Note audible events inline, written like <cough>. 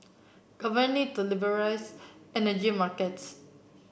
<unintelligible> need to liberalise energy markets